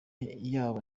yaba